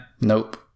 Nope